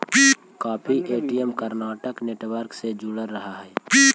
काफी ATM interbank network से जुड़ल रहऽ हई